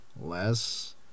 less